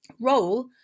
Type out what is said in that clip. role